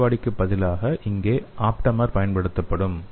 ஆன்டிபாடிக்கு பதிலாக இங்கே ஆப்டாமர் பயன்படுத்தப்படும்